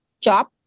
chop